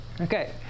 Okay